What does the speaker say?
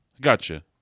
Gotcha